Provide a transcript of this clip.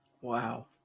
Wow